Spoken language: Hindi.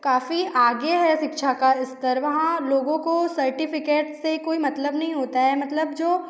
काफ़ी आगे हैं शिक्षा का स्तर वहाँ लोगो को सर्टिफिकेट्स कोई मतलब नहीं होता है मतलब जो